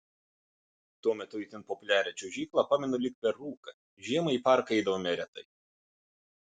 tuo metu itin populiarią čiuožyklą pamenu lyg per rūką žiemą į parką eidavome retai